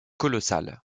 colossale